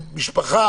משפחה